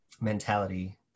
mentality